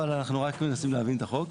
אבל אנחנו רק מנסים להבין את החוק.